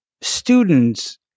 students